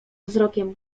wzrokiem